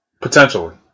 potentially